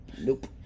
Nope